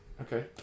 Okay